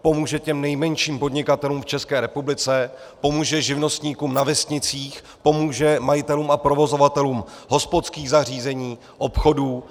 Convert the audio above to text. Pomůže těm nejmenším podnikatelům v ČR, pomůže živnostníkům na vesnicích, pomůže majitelům a provozovatelům hospodských zařízení, obchodů.